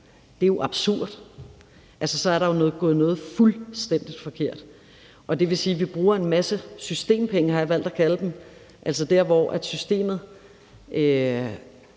er det jo absurd. Altså, så er noget jo gået fuldstændig forkert, og det vil sige, at vi bruger en masse systempenge, har jeg valgt at kalde dem, altså at midlerne i systemet